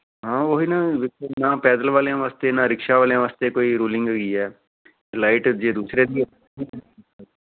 ਹਾਂ ਉਹੀ ਨਾ ਨਾ ਪੈਦਲ ਵਾਲਿਆਂ ਵਾਸਤੇ ਨਾ ਰਿਕਸ਼ਾ ਵਾਲਿਆਂ ਵਾਸਤੇ ਕੋਈ ਰੂਲਿੰਗ ਹੋਈ ਹੈ ਲਾਈਟ ਜੇ ਦੂਸਰੇ ਦੀ ਹੈ